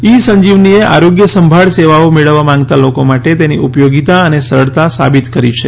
ઇ સંજીવનીએ આરોગ્ય સંભાળ સેવાઓ મેળવવા માંગતા લોકો માટે તેની ઉપયોગિતા અને સરળતા સાબિત કરી છે